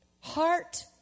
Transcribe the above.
Heart